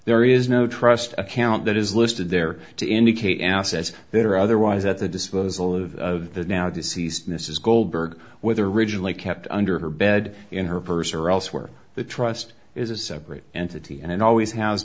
there is no trust account that is listed there to indicate assets that are otherwise at the disposal of the now deceased mrs goldberg whether originally kept under her bed in her purse or elsewhere the trust is a separate entity and always has